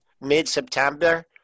Mid-September